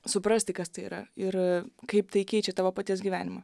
suprasti kas tai yra ir kaip tai keičia tavo paties gyvenimą